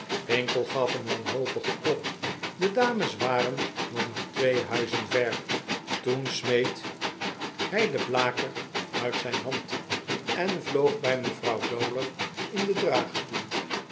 winkle gaf een wanhopigen klop de dames warennog maar twee huizen ver toen smeet hij den blaker uit zijn hand en ylopg bij mevrouw dowler in den draagstoel